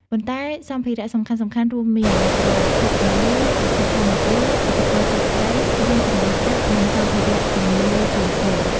ប៉ុន្តែសម្ភារៈសំខាន់ៗរួមមាន ប្រភពពន្លឺ ប្រភពថាមពល ឧបករណ៍ចាប់ត្រី យានជំនិះទឹក និងសម្ភារៈជំនួយផ្សេងៗ។